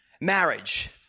marriage